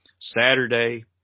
Saturday